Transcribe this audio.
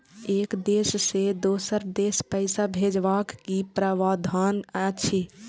एक देश से दोसर देश पैसा भैजबाक कि प्रावधान अछि??